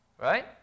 right